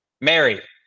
Mary